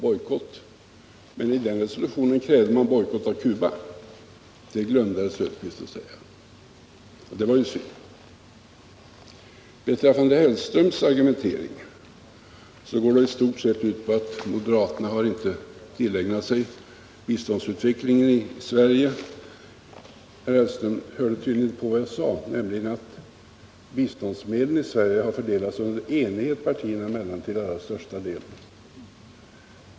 I den resolutionen krävde man bojkott av Cuba. Det glömde herr Söderqvist att säga, och det var ju synd. Herr Hellströms argumentering går i stort sett ut på att moderaterna inte har tillägnat sig biståndsutvecklingen i Sverige. Herr Hellström hörde tydligen inte på vad jag sade, nämligen att biståndsmedlen i Sverige till allra största delen har fördelats under enighet partierna emellan.